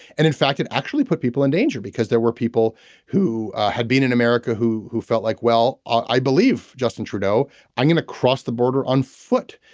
and in fact it actually put people in danger because there were people who had been in america who who felt like well i believe justin trudeau i'm going to cross the border on foot.